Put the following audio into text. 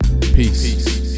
Peace